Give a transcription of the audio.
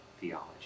theology